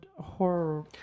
horror